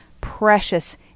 precious